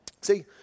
See